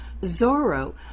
Zorro